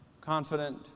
confident